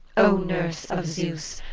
o nurse of zeus,